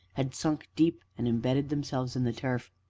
had sunk deep and embedded themselves in the turf.